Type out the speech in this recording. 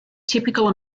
typical